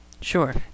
Sure